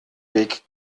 weg